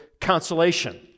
consolation